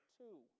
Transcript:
two